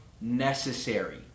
necessary